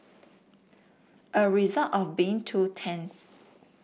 a result of being two tents